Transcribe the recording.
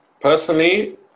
Personally